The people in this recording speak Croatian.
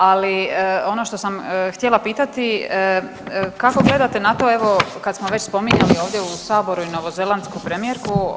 Ali ono što sam htjela pitati kako gledate na to, evo kad smo već spominjali ovdje u Saboru i novozelandsku premijerku.